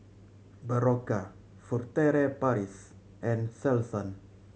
Berocca Furtere Paris and Selsun